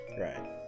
Right